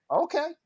Okay